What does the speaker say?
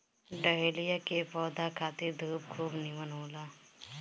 dahlia के पौधा खातिर धूप खूब निमन होला